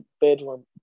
bedroom